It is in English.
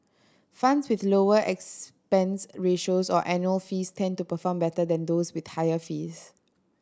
funds with lower expense ratios or annual fees tend to perform better than those with higher fees